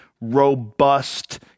robust